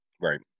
Right